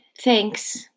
thanks